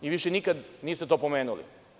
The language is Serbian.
Više nikada niste to pomenuli.